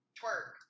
twerk